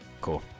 Cool